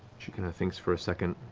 she kind of thinks for a second,